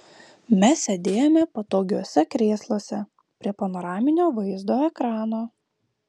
mes sėdėjome patogiuose krėsluose prie panoraminio vaizdo ekrano